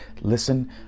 listen